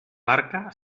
barca